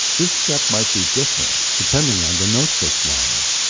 this step might be different depending on the notebook model.